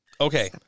Okay